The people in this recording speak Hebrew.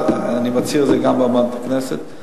אני מצהיר את זה גם מעל במת הכנסת.